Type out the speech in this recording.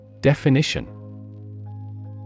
Definition